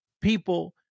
people